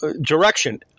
direction